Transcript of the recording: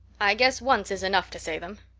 i guess once is enough to say them.